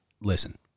listen